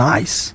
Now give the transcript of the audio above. Nice